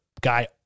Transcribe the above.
guy